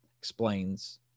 explains